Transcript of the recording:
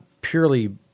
purely